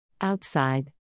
Outside